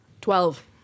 twelve